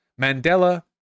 Mandela